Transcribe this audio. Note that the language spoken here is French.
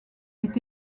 est